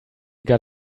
got